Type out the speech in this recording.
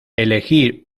elegir